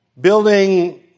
Building